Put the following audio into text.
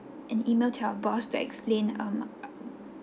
an email to your boss to explain um